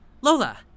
Lola